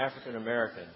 African-American